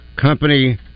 Company